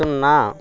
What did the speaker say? సున్నా